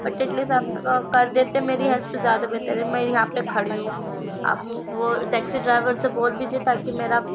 but at least آپ کر دیتے میری ہیلپ تو زیادہ بہتر ہے میں یہاں پہ کھڑی ہوں آپ وہ ٹیکسی ڈرائیور سے بول دیجیے تاکہ میرا